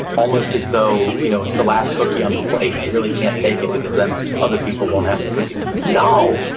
almost as though you know it's the last cookie on the plate, and i really can't take it, because then other people won't have the cookies no!